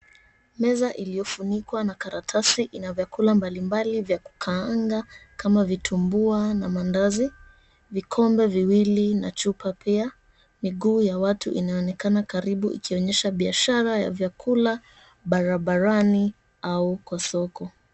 Meza iliyofunikwa na karatasi ina vyakula mbalimbali vya kukaanga kama vitumbua na mandazi, vikombe viwili na chupa pia. Miguu ya watu inaonekana karibu ikionyesha biashara ya vyakula barabarani au kwa soko.